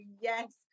yes